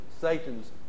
Satan's